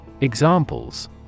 Examples